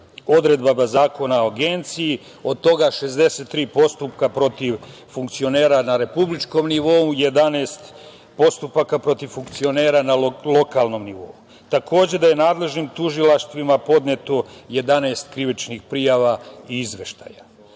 odredaba Zakona o agenciji, od toga 63 postupka protiv funkcionera na republičkom nivou, 11 postupaka protiv funkcionera na lokalnom nivou. Takođe, da je nadležnim tužilaštvima podneto 11 krivičnih prijava i izveštaja. Treći